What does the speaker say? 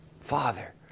father